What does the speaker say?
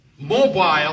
mobile